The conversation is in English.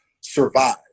survive